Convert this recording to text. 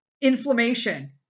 inflammation